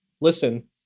listen